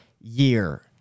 year